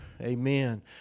Amen